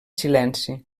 silenci